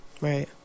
Right